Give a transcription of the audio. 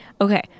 okay